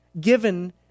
given